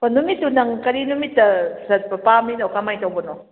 ꯅꯨꯃꯤꯠꯇꯣ ꯅꯪ ꯀꯔꯤ ꯅꯨꯃꯤꯠꯇ ꯆꯠꯄ ꯄꯥꯝꯃꯤꯅꯣ ꯀꯃꯥꯏꯅ ꯇꯧꯕꯅꯣ